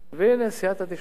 והנה, סייעתא דשמיא,